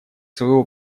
своего